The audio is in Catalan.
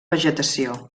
vegetació